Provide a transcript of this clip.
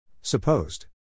Supposed